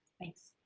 thanks